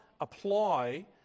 apply